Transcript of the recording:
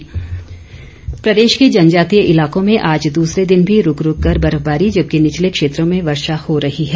मौसम प्रदेश के जनजातीय इलाकों में आज दूसरे दिन भी रूक रूक कर बर्फबारी जबकि निचले क्षेत्रों में वर्षा हो रही है